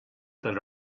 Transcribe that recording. that